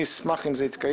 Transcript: אני אשמח אם זה יתקיים.